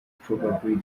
probably